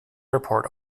airport